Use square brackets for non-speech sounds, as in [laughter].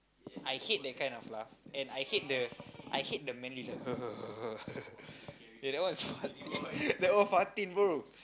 I hate that kind of laugh and I hate the I hate the manly [laughs] that one that one Fatin bro